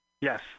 Yes